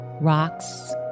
rocks